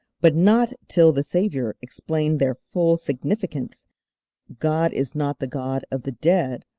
but not till the saviour explained their full significance god is not the god of the dead,